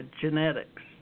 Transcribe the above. genetics